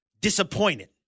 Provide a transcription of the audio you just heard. disappointed